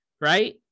right